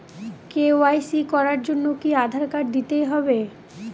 KYC করার জন্য কি আধার কার্ড দিতেই হবে?